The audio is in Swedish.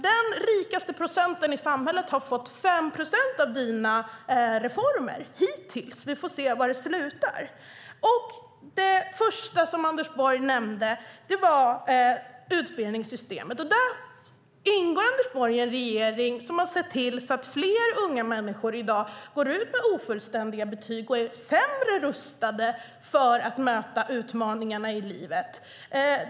Den rikaste procenten i samhället har fått 5 procent av dina reformer, hittills. Vi får se var det slutar. Sedan är det utbildningssystemet, som var det första som Anders Borg nämnde. Anders Borg ingår i en regering som har sett till att fler unga människor i dag går ut med ofullständiga betyg och är sämre rustade för att möta utmaningarna i livet.